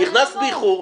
נכנסת באיחור,